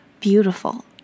beautiful